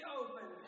open